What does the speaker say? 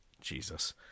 Jesus